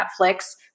Netflix